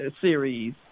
series